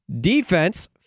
Defense